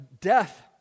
death